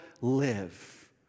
live